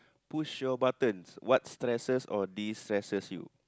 push your buttons what stresses or destresses you